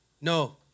No